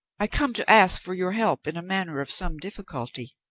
i come to ask for your help in a matter of some difficulty.